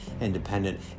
independent